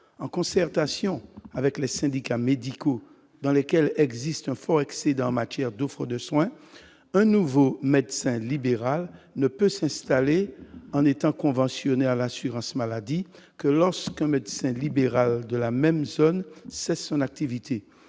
en concertation avec les syndicats médicaux dans lesquelles existe un fort excédent en matière d'offre de soins un nouveau médecin libéral ne peut s'installer en étant conventionnés à l'assurance maladie que lorsqu'un médecin libéral de la même zone ça son activité,